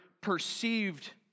perceived